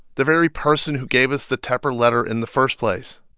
the very person who gave us the tepper letter in the first place.